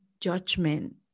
judgment